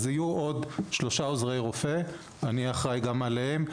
אז יהיו עוד שלושה עוזרי רופא ואני אהיה אחראי גם עליהם,